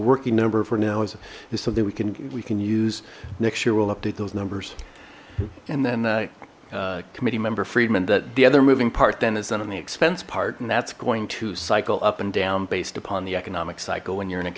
working number for now is is something we can we can use next year we'll update those numbers and then a committee member friedman that the other moving part then is then on the expense part and that's going to cycle up and down based upon the economic cycle when you're in a